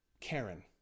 Karen